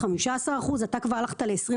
15%. אתה כבר הלכת ל-20%,